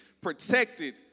protected